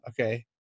okay